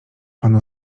panu